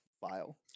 file